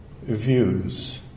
views